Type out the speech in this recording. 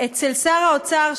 אצל שר האוצר,